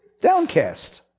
downcast